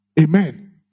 Amen